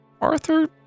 Arthur